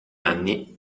anni